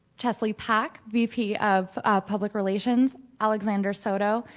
chelsea pack, vp of public relations alexander soto,